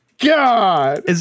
God